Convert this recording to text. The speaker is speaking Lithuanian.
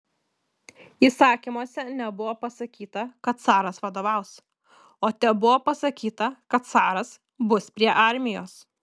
įsakymuose nebuvo pasakyta kad caras vadovaus o tebuvo pasakyta kad caras bus prie armijos